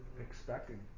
Expecting